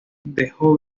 dejó